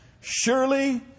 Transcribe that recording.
Surely